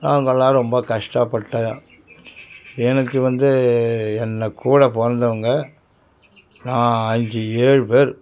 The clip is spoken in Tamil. நாங்கள் எல்லாம் ரொம்ப கஷ்டப்பட்டோம் எனக்கு வந்து என் கூட பிறந்தவங்க அஞ்சு ஏழு பேர்